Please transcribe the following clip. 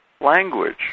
language